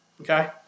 okay